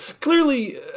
clearly